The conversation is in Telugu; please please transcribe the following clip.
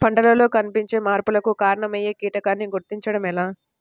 పంటలలో కనిపించే మార్పులకు కారణమయ్యే కీటకాన్ని గుర్తుంచటం ఎలా?